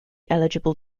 eligible